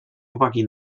uwagi